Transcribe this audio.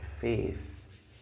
faith